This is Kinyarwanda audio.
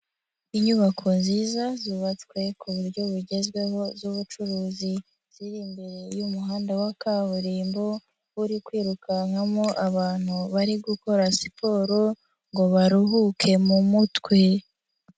Inyubako nziza zubatswe ku buryo bugezweho z'ubucuruzi ziri imbere y'umuhanda wa kaburimbo, uri kwirukankamo abantu bari gukora siporo ngo baruhuke mu mutwe.